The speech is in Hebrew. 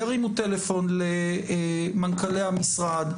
ירימו טלפון למנכ"לי המשרד,